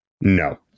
No